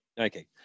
okay